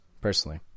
personally